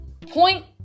Point